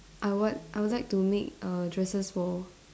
I what I would like to make err dresses for